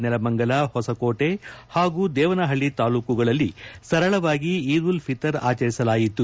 ನೆಲಮಂಗಲ ಹೊಸಕೋಟೆ ಹಾಗೂ ದೇವನಹಳ್ಳಿ ತಾಲೂಕುಗಳಲ್ಲಿ ಸರಳವಾಗಿ ಈದ್ ಉಲ್ ಫಿತರ್ ಆಚರಿಸಲಾಯಿತು